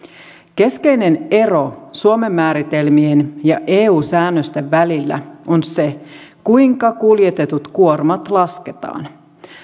keskeinen ero suomen määritelmien ja eu säännösten välillä on se kuinka kuljetetut kuormat lasketaan